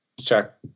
check